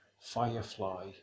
Firefly